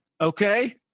okay